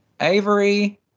Avery